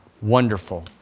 wonderful